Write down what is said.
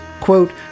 Quote